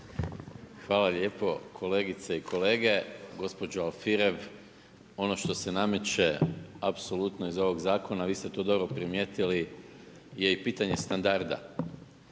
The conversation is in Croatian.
Hvala lijepo kolegice i kolege. Gospođo Alfirev, ono što se nameće apsolutno iz ovog zakona, vi ste to dobro primijetili je i pitanje standarda